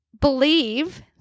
believe